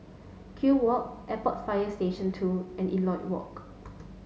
Kew Walk Airport Fire Station two and Elliot Walk